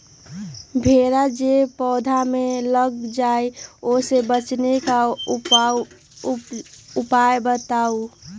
भेरा जे पौधा में लग जाइछई ओ से बचाबे के उपाय बताऊँ?